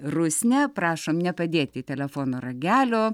rusne prašom nepadėti telefono ragelio